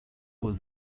was